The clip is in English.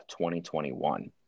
2021